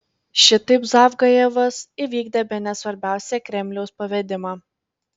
šitaip zavgajevas įvykdė bene svarbiausią kremliaus pavedimą